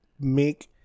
make